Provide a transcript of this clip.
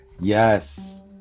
Yes